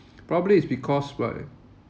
probably is because why